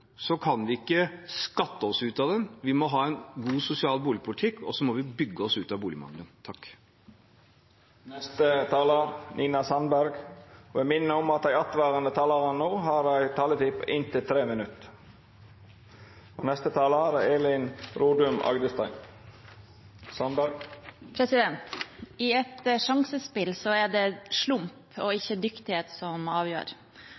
så ønsket man å innføre det. Nå ønsker man også å innføre en fordelsskatt på bolig. Jeg vet ikke hva som blir det neste. Jeg vil si at hvis vi skal løse boligmangelen, kan vi ikke skatte oss ut av den. Vi må ha en god sosial boligpolitikk, og så må vi bygge oss ut av boligmangelen. Dei talarane som heretter får ordet, har ei taletid på inntil 3 minutt. I et sjansespill er